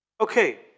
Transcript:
okay